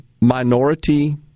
minority